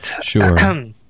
Sure